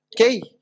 Okay